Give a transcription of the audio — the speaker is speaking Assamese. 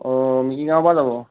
অ মিকিৰগাঁৱৰ পৰা যাব